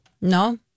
no